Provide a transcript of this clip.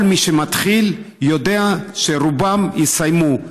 כל מי שמתחיל יודע שהרוב יסיימו.